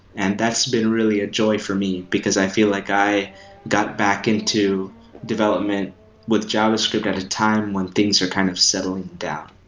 and that's been really a joy for me, because i feel like i got back into development with javascript at a time when things are kind of settling down.